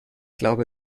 glaube